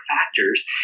factors